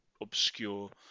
obscure